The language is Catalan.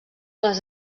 les